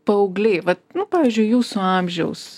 paaugliai vat nu pavyzdžiui jūsų amžiaus